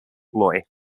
blois